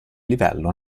livello